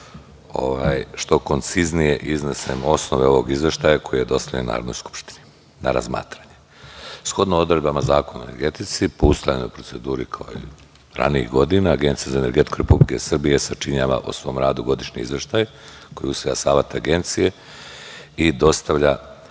što konciznije iznesem osnove ovog izveštaja koji je dostavljen Narodnoj skupštini na razmatranje. Shodno odredbama Zakona o energetici po ustaljenoj proceduri kao i ranijih godina, Agencija za energetiku Republike Srbije sačinjava o svom radu godišnji izveštaj koji usvaja Savet agencije i dostavlja